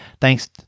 Thanks